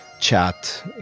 chat